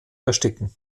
ersticken